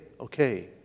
okay